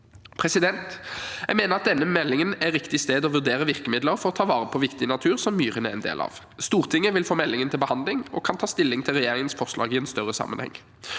og natur. Jeg mener at denne meldingen er riktig sted å vurdere virkemidler for å ta vare på viktig natur, som myrene er en del av. Stortinget vil få meldingen til behandling og kan da ta stilling til regjeringens forslag i en større sammenheng.